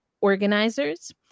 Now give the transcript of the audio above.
organizers